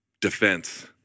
defense